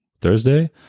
thursday